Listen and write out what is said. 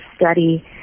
study